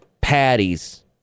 patties